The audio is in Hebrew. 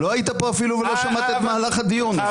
לא היית כאן ואפילו לא שמעת את מהלך הדיון.